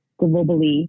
globally